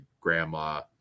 grandma